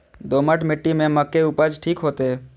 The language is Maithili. दोमट मिट्टी में मक्के उपज ठीक होते?